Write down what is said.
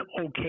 okay